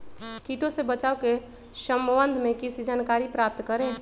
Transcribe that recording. किटो से बचाव के सम्वन्ध में किसी जानकारी प्राप्त करें?